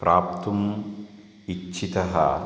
प्राप्तुम् इच्छितः